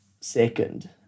Second